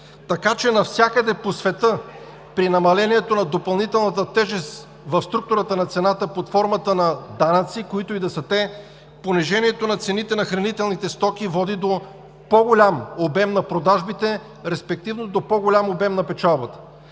Навсякъде по света при намалението на допълнителната тежест в структурата на цената под формата на данъци, които и да са те, понижението на цените на хранителните стоки води до по-голям обем на продажбите, респективно до по-голям обем на печалбата.